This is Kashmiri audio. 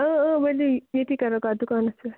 ولٮ۪و ییٚتی کَرو کتھ دُکانس پٮ۪ٹھ